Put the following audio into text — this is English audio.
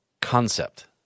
concept